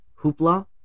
hoopla